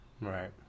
Right